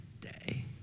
day